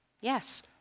Yes